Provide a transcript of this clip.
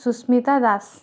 Susmita Das